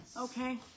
Okay